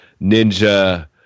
ninja